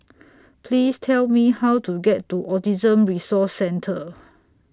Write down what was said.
Please Tell Me How to get to Autism Resource Centre